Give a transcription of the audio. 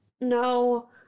No